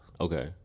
Okay